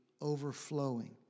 overflowing